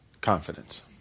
confidence